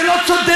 זה לא צודק,